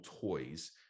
Toys